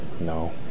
no